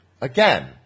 again